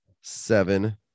seven